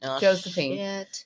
Josephine